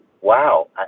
wow